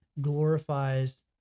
glorifies